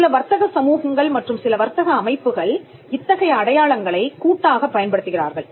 சில வர்த்தக சமூகங்கள் மற்றும் சில வர்த்தக அமைப்புகள் இத்தகைய அடையாளங்களைக் கூட்டாகப் பயன்படுத்துகிறார்கள்